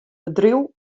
bedriuw